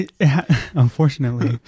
Unfortunately